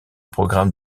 programme